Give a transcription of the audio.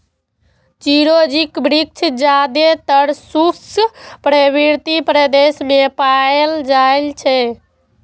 चिरौंजीक वृक्ष जादेतर शुष्क पर्वतीय प्रदेश मे पाएल जाइ छै